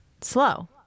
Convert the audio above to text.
slow